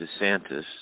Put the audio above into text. DeSantis